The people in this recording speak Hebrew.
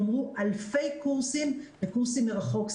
הומרו אלפי קורסים לקורסים מרחוק,